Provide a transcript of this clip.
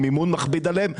המימון מכביד עליהם,